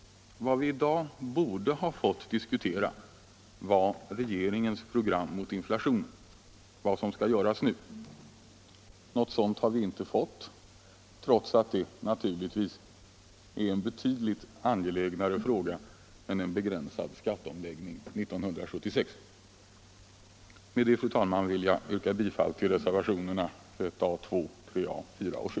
Vad vi i dag borde ha fått diskutera var regeringens program mot inflationen —- vad som skall göras nu. Något sådant har vi inte fått, trots att det naturligtvis är en betydligt angelägnare fråga än en begränsad skatteomläggning 1976. Med detta, fru talman, vill jag yrka bifall till reservationerna 1 A, 2, 3A, 4 och 7A.